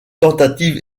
tentative